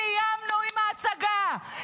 סיימנו עם ההצגה,